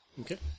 Okay